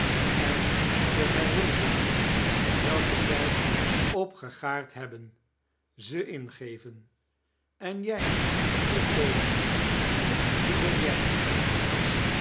en de herinneringen welke zij opgegaard hebben ze ingeven en jij vroeg toby woest wie ben jij